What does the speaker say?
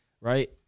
right